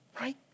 right